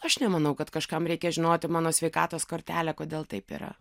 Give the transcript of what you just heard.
aš nemanau kad kažkam reikia žinoti mano sveikatos kortelę kodėl taip yra